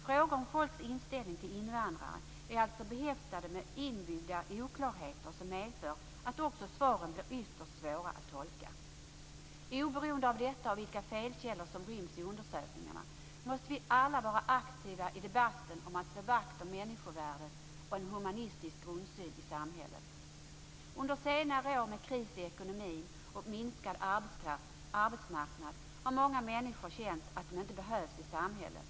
Frågor om folks inställning till invandrare är alltså behäftade med inbyggda oklarheter som medför att svaren blir ytterst svåra att tolka. Oberoende av detta och av vilka felkällor som ryms i undersökningarna måste vi alla vara aktiva i debatten om att slå vakt om människovärdet och en humanistisk grundsyn i samhället. Under senare år med kris i ekonomin och minskad arbetsmarknad har många människor känt att de inte behövs i samhället.